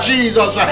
Jesus